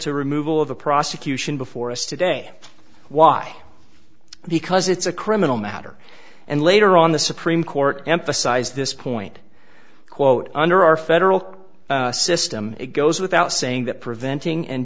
to removal of a prosecution before us today why because it's a criminal matter and later on the supreme court emphasized this point quote under our federal system it goes without saying that preventing and